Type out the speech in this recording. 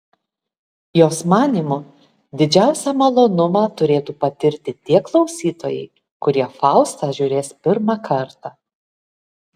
jos manymu didžiausią malonumą turėtų patirti tie klausytojai kurie faustą žiūrės pirmą kartą